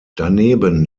daneben